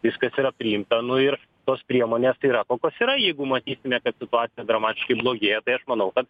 viskas yra priimta nu ir tos priemonės yra kokios yra jeigu matysime kad situacija dramatiškai blogėja tai aš manau kad